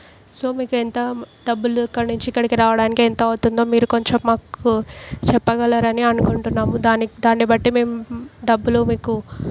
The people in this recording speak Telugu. సో మీకు ఎంత డబ్బులు అక్కడ నుంచి ఇక్కడికి రావడానికి ఎంత అవుతుందో మీరు కొంచెం మాకు చెప్పగలరని అనుకుంటున్నాము దానికి దాన్ని బట్టి మేము డబ్బులు మీకు